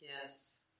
Yes